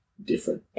Different